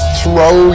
throw